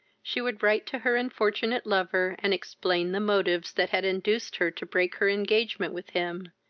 she would write to her unfortunate lover, and explain the motives that had induced her to break her engagement with him,